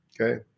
okay